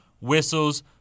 whistles